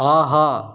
ஆஹா